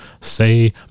say